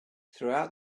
throughout